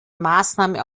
maßnahme